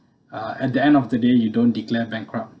uh at the end of the day you don't declare bankrupt